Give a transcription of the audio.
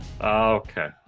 Okay